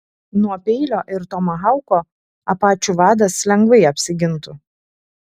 nuo peilio ir tomahauko apačių vadas lengvai apsigintų